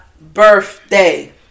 birthday